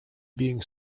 being